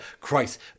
Christ